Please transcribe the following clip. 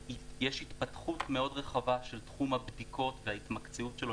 יש התפתחות מאוד רחבה של תחום הבדיקות וההתמקצעות שלו.